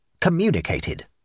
Communicated